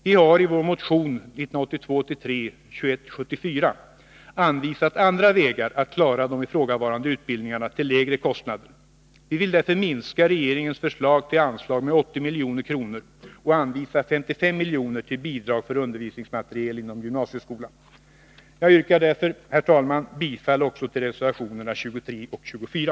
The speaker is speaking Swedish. Vi har i vår motion 1982/83:2174 anvisat andra vägar att klara de ifrågavarande utbildningarna till lägre kostnader. Vi vill därför minska det av regeringen föreslagna anslaget med 80 milj.kr. och anvisa 55 milj.kr. till bidrag till undervisningsmateriel inom gymnasieskolan. Jag yrkar därför, herr talman, bifall också till reservationerna 23 och 24.